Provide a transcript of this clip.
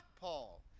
Paul